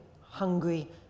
hungry